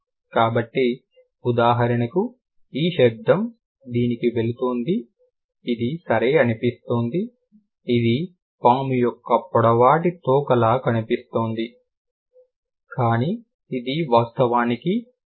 కాబట్టి ఉదాహరణకు ఈ శబ్దం దీనికి వెళుతోంది ఇది సరే అనిపిస్తుంది ఇది పాము యొక్క పొడవాటి తోకలా కనిపిస్తుంది కానీ ఇది వాస్తవానికి షా